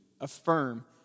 affirm